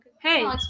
Hey